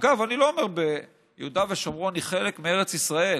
אגב, יהודה ושומרון היא חלק מארץ ישראל,